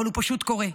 אבל הוא פשוט קורה.